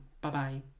Bye-bye